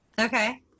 Okay